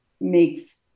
makes